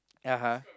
uh-huh